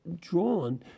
drawn